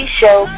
show